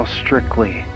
strictly